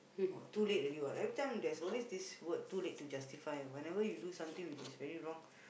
oh too late already what every time there's always this word too late to justify whenever you do something which is very wrong